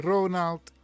Ronald